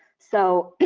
so,